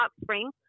spring